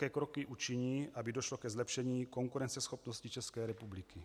Jaké kroky učiní, aby došlo ke zlepšení konkurenceschopnosti České republiky?